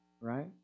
right